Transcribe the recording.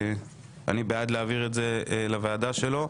ואני בעד להעביר את זה לוועדה שלו.